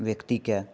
व्यक्तिके